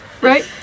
Right